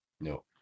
No